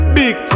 big